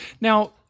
Now